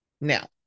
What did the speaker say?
Now